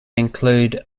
include